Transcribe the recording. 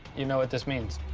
you know what this means?